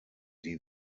die